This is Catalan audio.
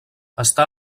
està